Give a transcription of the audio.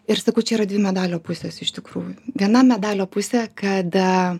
ir sakau čia yra dvi medalio pusės iš tikrųjų viena medalio pusė kada